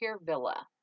Villa